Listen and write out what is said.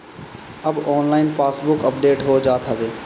अब online passbook update हो जात हवे